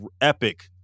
Epic